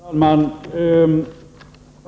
Herr talman!